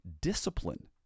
discipline